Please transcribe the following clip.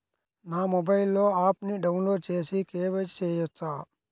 నా మొబైల్లో ఆప్ను డౌన్లోడ్ చేసి కే.వై.సి చేయచ్చా?